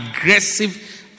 aggressive